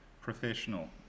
professional